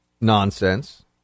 nonsense